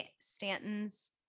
Stanton's